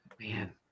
man